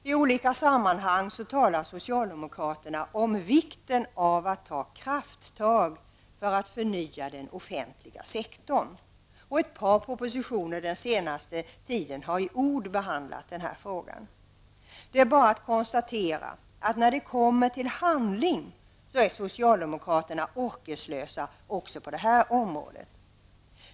I olika sammanhang talar socialdemokraterna om vikten av att ta krafttag för att förnya den offentliga sektorn, och ett par propositioner under den senaste tiden har i ord behandlat denna fråga. Det är bara att konstatera att socialdemokraterna, när det kommer till handling, är orkeslösa även på detta område.